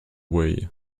way